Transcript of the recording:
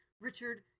Richard